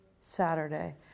Saturday